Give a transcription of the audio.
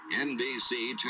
NBC